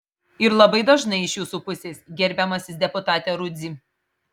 ir labai dažnai iš jūsų pusės gerbiamasis deputate rudzy